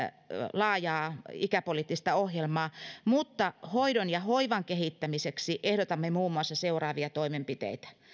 laajaa ikäpoliittista ohjelmaa mutta hoidon ja hoivan kehittämiseksi ehdotamme muun muassa seuraavia toimenpiteitä